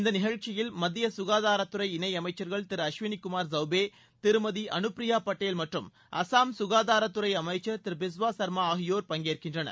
இந்த நிகழ்ச்சியில் மத்திய சுகாதாரத்துறை இணையமைச்சர்கள் திரு அஸ்வினி குமார் சௌபே திருமதி அனுப்பிரியா பட்டேல் மற்றும் அசாம் சுகாதாரத்துறை அமைச்சர் திரு பிஸ்வா சர்மா ஆகியோர் பங்கேற்கின்றனர்